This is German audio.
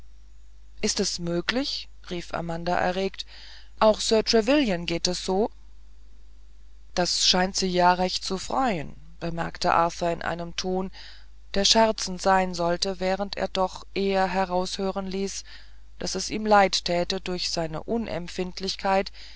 ist es möglich rief amanda erregt auch sir trevelyan geht es so das scheint sie ja recht zu freuen bemerkte arthur in einem ton der scherzend sein sollte während er doch eher heraushören ließ daß es ihm leid täte durch seine unempfindlichkeit